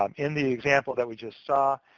um in the example that we just saw,